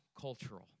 cultural